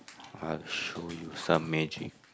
I'll show you some magic